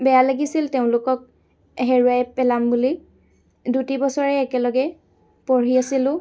বেয়া লাগিছিল তেওঁলোকক হেৰুৱাই পেলাম বুলি দুটি বছৰে একেলগে পঢ়ি আছিলোঁ